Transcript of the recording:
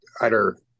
utter